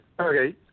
Okay